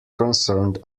concerned